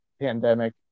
pandemic